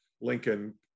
Lincoln